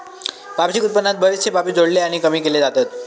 वार्षिक उत्पन्नात बरेचशे बाबी जोडले आणि कमी केले जातत